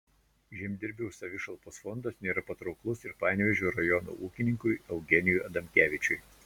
žemdirbių savišalpos fondas nėra patrauklus ir panevėžio rajono ūkininkui eugenijui adamkevičiui